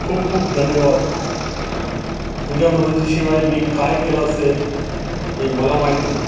खूप खूप धन्यवाद तुझ्या मदती शिवाय मी काय केलं असते हे मला माहीत नाही